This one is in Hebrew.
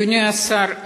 אדוני השר,